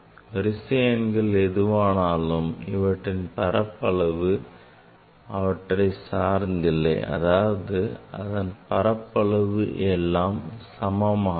வரிசை எண்கள் எதுவானாலும் அவற்றின் பரப்பளவு அவற்றை சார்ந்து இல்லை அதாவது அவற்றின் பரப்பளவு எல்லாம் சமமாகும்